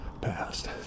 passed